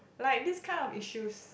like this kind of issues